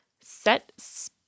set